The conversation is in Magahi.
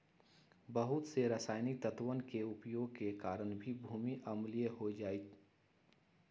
बहुत से रसायनिक तत्वन के उपयोग के कारण भी भूमि अम्लीय हो जाहई